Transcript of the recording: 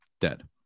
dead